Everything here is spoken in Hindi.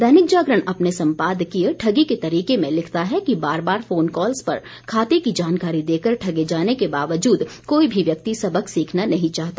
दैनिक जागरण ने अपने सम्पादकीय ठगी के तरीके में लिखता है कि बार बार फोन कॉल्स पर खाते की जानकारी देकर ठगे जाने के बावजूद कोई भी व्यक्ति सबक सिखना नहीं चाहता